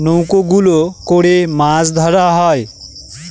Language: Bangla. নৌকা গুলো করে মাছ ধরা হয়